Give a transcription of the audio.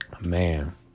man